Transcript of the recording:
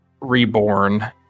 reborn